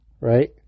right